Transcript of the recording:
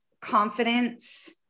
confidence